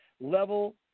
level